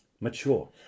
mature